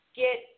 get